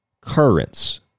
currents